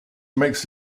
makes